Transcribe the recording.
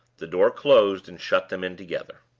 the door closed and shut them in together.